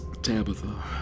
Tabitha